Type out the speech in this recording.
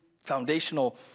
foundational